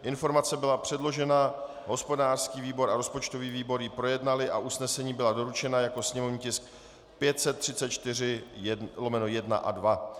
Informace byla předložena, hospodářský výbor a rozpočtový výbor ji projednaly a usnesení byla doručena jako sněmovní tisk 534/1 a 2.